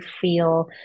feel